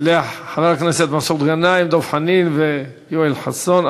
חברי הכנסת מסעוד גנאים, דב חנין ויואל חסון.